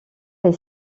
est